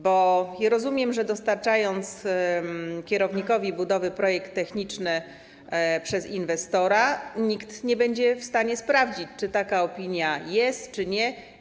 Bo ja rozumiem, że przy dostarczeniu kierownikowi budowy projektu technicznego przez inwestora nikt nie będzie w stanie sprawdzić, czy taka opinia jest czy nie.